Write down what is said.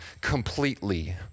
completely